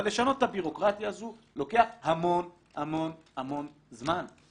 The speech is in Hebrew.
אבל לשנות את הבירוקרטיה הזאת לוקח המון-המון-המון זמן,